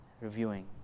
reviewing